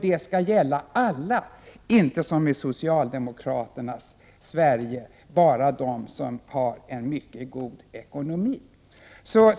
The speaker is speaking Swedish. Det skall gälla alla, inte som i socialdemokraternas Sverige bara dem som har en mycket god ekonomi.